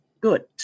good